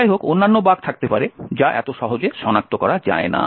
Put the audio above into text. যাইহোক অন্যান্য বাগ থাকতে পারে যা এত সহজে সনাক্ত করা যায় না